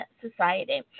society